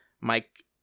Mike